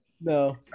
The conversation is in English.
no